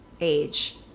age